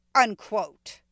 Unquote